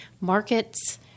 markets